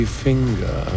finger